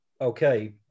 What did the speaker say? Okay